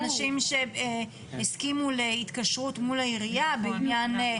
אנשים שהסכימו להתקשרות מול העירייה בעניין הודעות מייל,